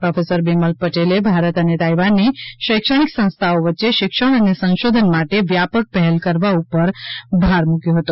professor Bimal પટેલે ભારત અને તાઇવાનની શૈક્ષણિક સંસ્થાઓ વચ્ચે શિક્ષણ અને સંશોધન માટે વ્યાપક પહેલ કરવા ઉપર ભાર મૂક્યો હતો